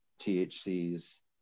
THC's